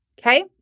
Okay